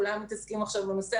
כולם מתעסקים בנושא הזה,